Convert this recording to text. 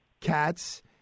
cats